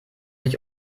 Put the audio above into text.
sich